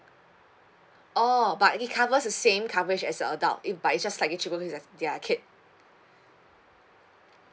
oh but it covers the same coverage as a adult it but it just like a cheaper they're kid